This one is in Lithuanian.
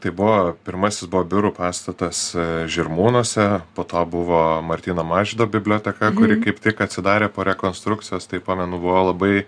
tai buvo pirmasis buvo biurų pastatas žirmūnuose po to buvo martyno mažvydo biblioteka kuri kaip tik atsidarė po rekonstrukcijos tai pamenu buvo labai